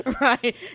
Right